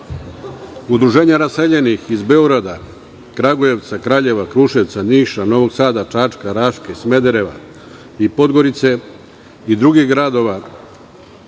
Udruženja raseljenih iz Beograda, Kragujevca, Kraljeva, Kruševca, Niša, Novog Sada, Čačka, Raške, Smedereva, Podgorice i drugih gradova